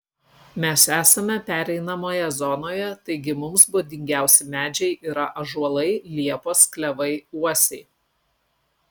mes esame pereinamoje zonoje taigi mums būdingiausi medžiai yra ąžuolai liepos klevai uosiai